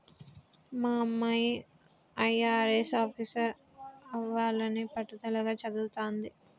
మా అమ్మాయి అయ్యారెస్ ఆఫీసరవ్వాలని పట్టుదలగా చదవతాంది